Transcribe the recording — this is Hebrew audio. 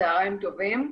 צהריים טובים,